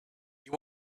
you